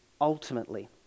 ultimately